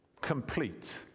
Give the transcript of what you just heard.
complete